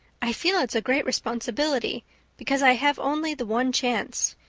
i feel it's a great responsibility because i have only the one chance.